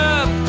up